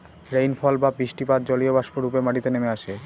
rainfall বা বৃষ্টিপাত জলীয়বাষ্প রূপে মাটিতে নেমে আসে